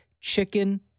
chicken